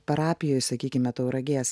parapijoj sakykime tauragės